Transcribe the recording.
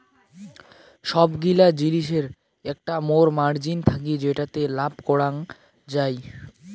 সবগিলা জিলিসের একটা মোর মার্জিন থাকি যেটাতে লাভ করাঙ যাই